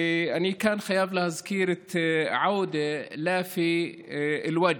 אני כאן חייב להזכיר את עודה לאפי אל-וואג'.